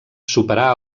superar